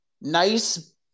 nice